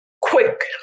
quick